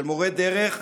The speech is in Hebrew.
של מורי הדרך,